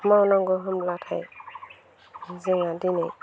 मावनांगौ होनब्लाथाय जोंहा दिनै